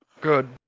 Good